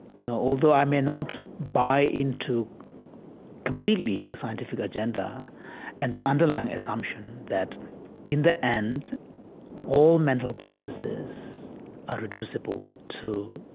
you know although i may not buy into completely the scientific agenda and the underlying assumption that in the end all mental processes are reducible to,